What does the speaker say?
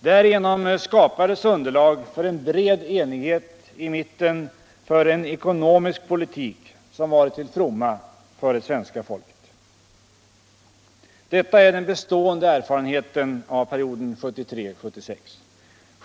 Därigenom skapades underlag för en bred enighet i mitten kring en ekonomisk politik som varit till fromma för det svenska folket. Detta är den bestående erfarenheten av perioden 1973-1976.